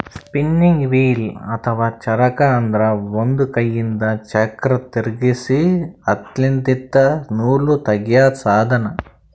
spinning wheel ಅಥವಾ ಚರಕ ಅಂದ್ರ ಒಂದ್ ಕೈಯಿಂದ್ ಚಕ್ರ್ ತಿರ್ಗಿಸಿ ಹತ್ತಿಲಿಂತ್ ನೂಲ್ ತಗ್ಯಾದ್ ಸಾಧನ